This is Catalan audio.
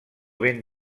ben